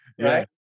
Right